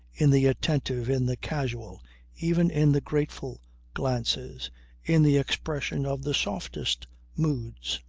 in the attentive, in the casual even in the grateful glances in the expression of the softest moods.